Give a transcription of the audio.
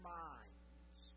minds